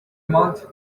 malt